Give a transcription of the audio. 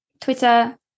twitter